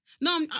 No